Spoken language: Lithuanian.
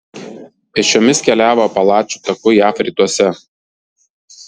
pėsčiomis keliavo apalačų taku jav rytuose